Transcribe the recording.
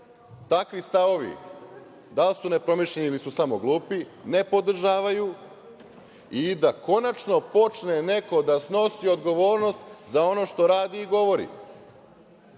takvi stavovi, da li su nepromišljeni ili su samo glupi, ne podržavaju, i da konačno počne neko da snosi odgovornost za ono što radi i govori. Dakle,